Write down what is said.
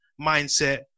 mindset